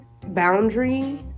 boundary